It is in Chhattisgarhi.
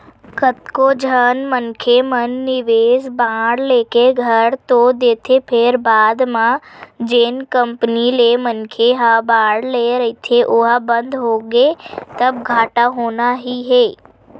कतको झन मनखे मन निवेस बांड लेके कर तो देथे फेर बाद म जेन कंपनी ले मनखे ह बांड ले रहिथे ओहा बंद होगे तब घाटा होना ही हे